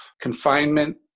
confinement